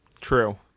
True